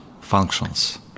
functions